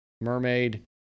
mermaid